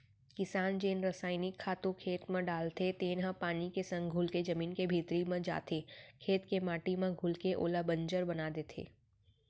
किसान जेन रसइनिक खातू खेत म डालथे तेन ह पानी के संग घुलके जमीन के भीतरी म जाथे, खेत के माटी म घुलके ओला बंजर बना देथे